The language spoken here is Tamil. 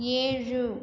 ஏழு